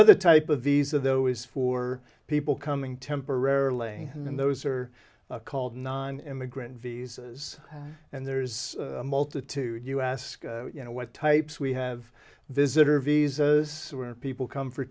other type of visa though is for people coming temporarily and those are called non immigrant visas and there's a multitude you ask you know what types we have visitor visas were people come for